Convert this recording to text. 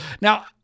Now